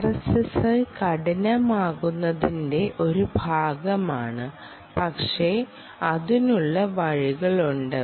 RSSI കഠിനമാകുന്നതിന്റെ ഒരു ഭാഗമാണ് പക്ഷേ അതിനുള്ള വഴികളുണ്ട്